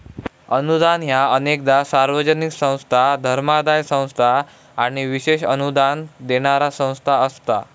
अनुदान ह्या अनेकदा सार्वजनिक संस्था, धर्मादाय संस्था किंवा विशेष अनुदान देणारा संस्था असता